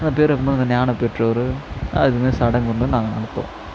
அந்த பேர் வைக்கும்போது அந்த ஞானப்பெற்றோர் அதுமாதிரி சடங்கு வந்து நாங்கள் நடத்துவோம்